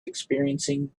experiencing